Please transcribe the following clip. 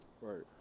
Right